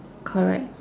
correct